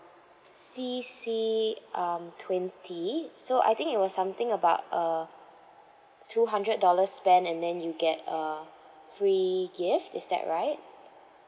C C um twenty so I think it was something about a two hundred dollars spend and then you get a free gift is that right